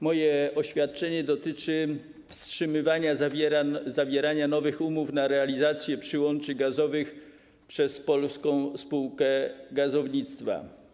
Moje oświadczenie dotyczy wstrzymywania zawierania nowych umów na realizację przyłączy gazowych przez Polską Spółkę Gazownictwa.